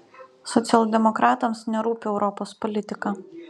socialdemokratams nerūpi europos politika